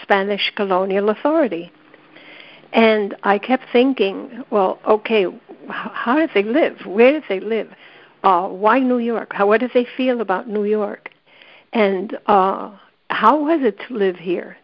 spanish colonial authority and i kept thinking well ok how did they live where they live why new york how it is they feel about new york and how was it to live here